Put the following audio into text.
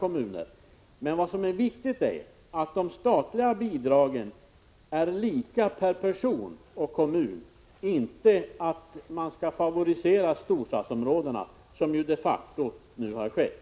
Vad som är viktigt är att de statliga bidragen är lika per person och kommun, inte att man skall favorisera storstadsområden, vilket nu de facto har skett.